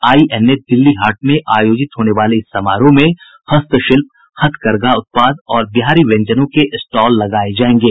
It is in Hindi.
आईएनए दिल्ली हाट में आयोजित होने वाले इस समारोह में हस्तशिल्प हथकरघा उत्पाद और बिहारी व्यंजनों के स्टॉल लगाये जायेंगे